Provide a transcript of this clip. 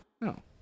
No